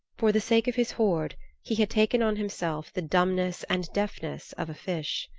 for the sake of his hoard he had taken on himself the dumbness and deafness of a fish.